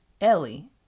Ellie